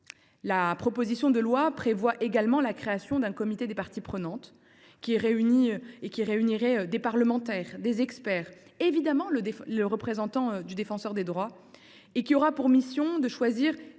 La proposition de loi prévoit également la création d’un comité des parties prenantes, qui réunirait des parlementaires, des experts et, évidemment, le représentant du Défenseur des droits. Cette structure aura pour mission de choisir